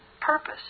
purpose